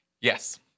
Yes